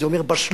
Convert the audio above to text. זה אומר בשלות,